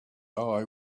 eye